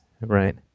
right